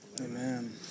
Amen